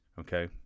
okay